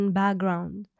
background